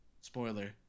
spoiler